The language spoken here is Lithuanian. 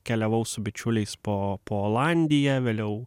keliavau su bičiuliais po po olandiją vėliau